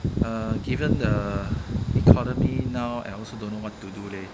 uh given the economy now I also don't know what to do leh